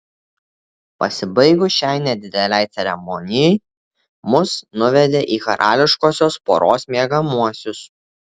pasibaigus šiai nedidelei ceremonijai mus nuvedė į karališkosios poros miegamuosius